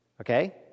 Okay